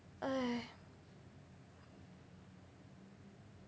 !aiya!